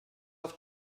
auf